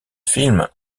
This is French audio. film